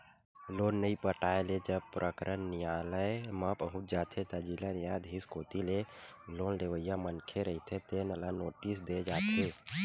loan नइ पटाए ले जब प्रकरन नियालय म पहुंच जाथे त जिला न्यायधीस कोती ले लोन लेवइया मनखे रहिथे तेन ल नोटिस दे जाथे